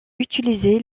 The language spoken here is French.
utilisé